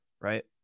right